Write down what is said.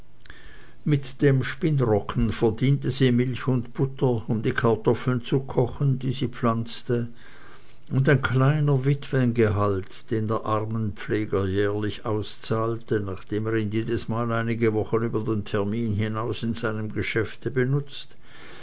mit dem spinnrocken verdiente sie milch und butter um die kartoffeln zu kochen die sie pflanzte und ein kleiner witwengehalt den der armenpfleger jährlich auszahlte nachdem er ihn jedesmal einige wochen über den termin hinaus in seinem geschäfte benutzt